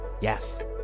Yes